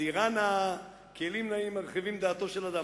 דירה נאה, כלים נאים, מרחיבים דעתו של אדם.